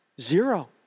Zero